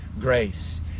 grace